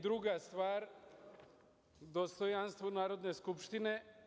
Druga stvar, dostojanstvo Narodne skupštine.